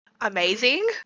amazing